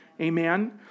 Amen